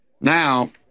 Now